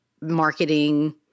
marketing